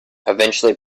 eventually